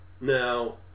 Now